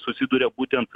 susiduria būtent